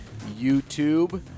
YouTube